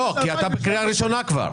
כי אתה בקריאה ראשונה כבר.